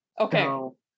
Okay